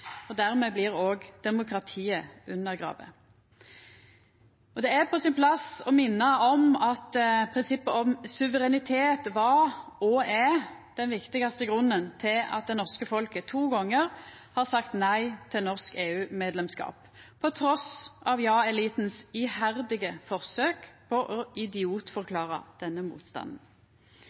og dermed blir òg demokratiet undergrave. Det er på sin plass å minna om at prinsippet om suverenitet var og er den viktigaste grunnen til at det norske folket to gonger har sagt nei til norsk EU-medlemskap, på tross av Ja-elitens iherdige forsøk på å idiotforklara denne motstanden.